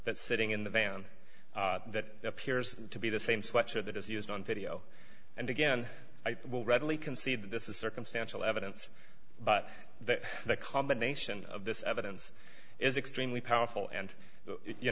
that sitting in the van that appears to be the same sweater that is used on video and again i will readily concede that this is circumstantial evidence but that the combination of this evidence is extremely powerful and you